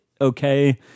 okay